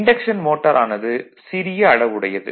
induction motor ஆனது சிறிய அளவுடையது